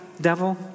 devil